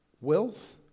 wealth